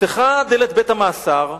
נפתחה דלת בית-המאסר,